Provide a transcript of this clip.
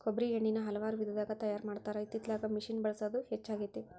ಕೊಬ್ಬ್ರಿ ಎಣ್ಣಿನಾ ಹಲವಾರು ವಿಧದಾಗ ತಯಾರಾ ಮಾಡತಾರ ಇತ್ತಿತ್ತಲಾಗ ಮಿಷಿನ್ ಬಳಸುದ ಹೆಚ್ಚಾಗೆತಿ